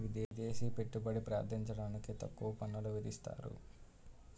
విదేశీ పెట్టుబడి ప్రార్థించడానికి తక్కువ పన్నులు విధిస్తారు